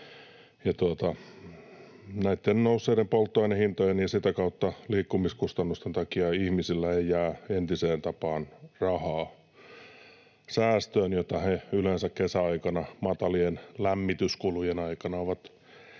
Näitten nousseiden polttoainehintojen ja sitä kautta liikkumiskustannusten takia ihmisillä ei jää entiseen tapaan säästöön rahaa, jota he yleensä kesäaikana, matalien lämmityskulujen aikana, ovat keränneet